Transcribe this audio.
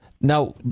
Now